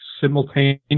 simultaneous